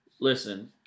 Listen